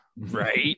right